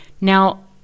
Now